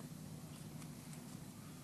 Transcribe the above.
ד.